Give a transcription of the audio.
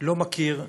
לא מכיר,